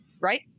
right